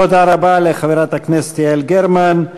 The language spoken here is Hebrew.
תודה רבה לחברת הכנסת יעל גרמן.